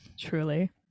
truly